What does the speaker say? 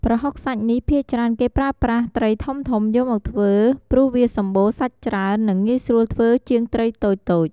ប្រហុកសាច់នេះ ភាគច្រើនគេប្រើប្រាស់ត្រីធំៗយកមកធ្វើព្រោះវាសម្បូរសាច់ច្រើននិងងាយស្រួលធ្វើជាងត្រីតូចៗ។